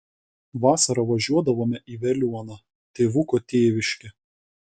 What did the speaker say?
vasarą važiuodavome į veliuoną tėvuko tėviškę